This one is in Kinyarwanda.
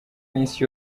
n’isi